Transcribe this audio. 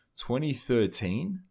2013